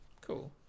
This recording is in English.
cool